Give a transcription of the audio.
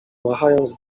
machając